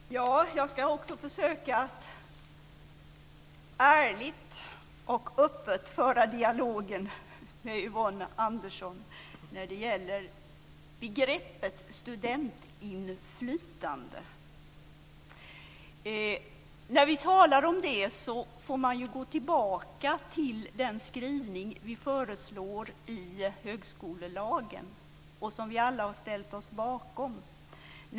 Herr talman! Jag ska också försöka att ärligt och öppet föra dialogen med Yvonne Andersson när det gäller begreppet studentinflytande. När vi talar om det får man gå tillbaka till den skrivning vi föreslår i högskolelagen och som vi alla har ställt oss bakom.